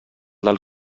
del